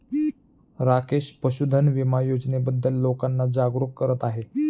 राकेश पशुधन विमा योजनेबद्दल लोकांना जागरूक करत आहे